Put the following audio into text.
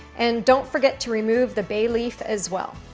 and don't forget to remove the bay leaf as well.